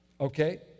Okay